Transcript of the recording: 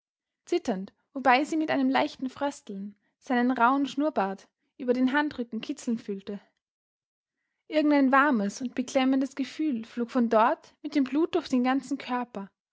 zitternd wobei sie mit einem leichten frösteln seinen rauhen schnurrbart über den handrücken kitzeln fühlte irgendein warmes und beklemmendes gefühl flog von dort mit dem blut durch den ganzen körper